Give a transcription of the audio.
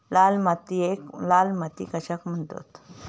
लाल मातीयेक लाल माती कशाक म्हणतत?